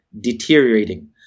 deteriorating